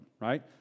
right